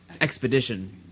Expedition